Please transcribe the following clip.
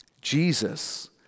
Jesus